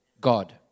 God